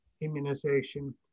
immunization